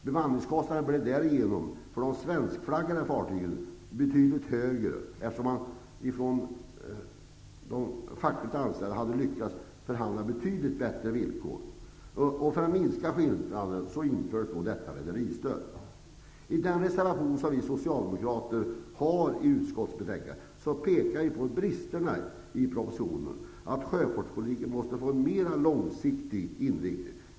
Bemanningskostnader blev därigenom för de svenskflaggade fartygen betydligt högre, eftersom man fackligt hade lyckats förhandla fram betydligt bättre villkor. För att minska skillnaderna infördes rederistöd. I den reservation som vi socialdemokrater har i betänkandet pekar vi på bristerna i propositionen och framhåller att sjöfartspolitiken måste få en mer långsiktig inriktning.